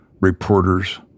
reporters